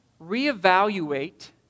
reevaluate